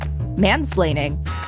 Mansplaining